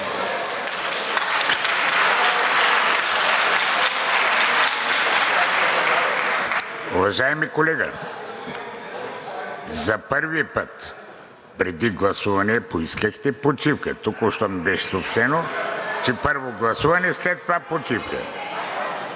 Уважаеми колега, за първи път преди гласуване поискахте почивка. Току-що ми беше съобщено, че първо, гласуване, след това – почивка.